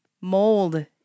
Mold